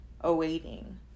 awaiting